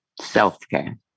self-care